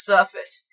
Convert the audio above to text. Surface